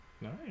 nice